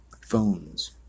phones